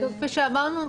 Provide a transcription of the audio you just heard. כפי שאמרנו,